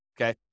okay